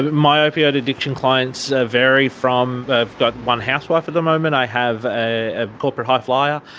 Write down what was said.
my opioid addiction clients vary from, i've got one housewife at the moment, i have a corporate highflier,